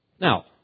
Now